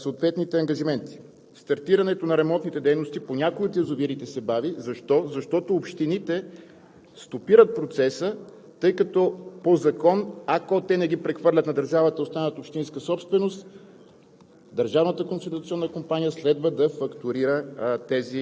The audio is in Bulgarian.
БОРИСОВ: Благодаря Ви. Стартирането на ремонтите дейности по някои от язовирите се бави. Защо? Защото общините стопират процеса, тъй като по закон, ако те не ги прехвърлят на държавата, остават общинска собственост,